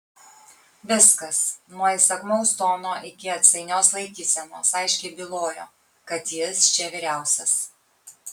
viskas nuo įsakmaus tono iki atsainios laikysenos aiškiai bylojo kad jis čia vyriausias